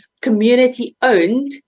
community-owned